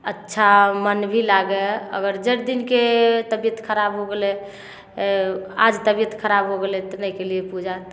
अच्छा मन भी लागय अगर जइ दिनके तबियत खराब हो गेलइ आज तबियत खराब हो गेलय तऽ नहि कयलियै पूजा